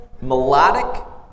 Melodic